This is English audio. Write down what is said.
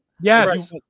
Yes